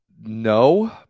No